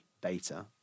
data